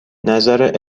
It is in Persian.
نظر